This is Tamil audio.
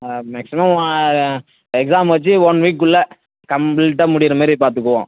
மேக்சிமம் எக்ஸாம் வச்சு ஒன் வீக் குள்ளே கம்ப்ளீட்டாக முடியிறமாரி பாத்துக்குவோம்